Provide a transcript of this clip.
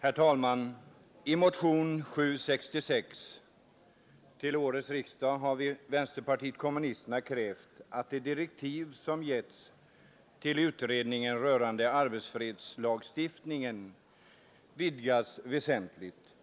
Herr talman! I motionen 766 till årets riksdag har vänsterpartiet kommunisterna krävt att de direktiv som getts till utredningen rörande arbetsfredslagstiftningen vidgas väsentligt.